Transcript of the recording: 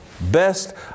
best